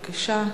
בבקשה.